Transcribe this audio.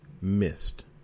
missed